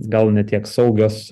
gal ne tiek saugios